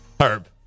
Herb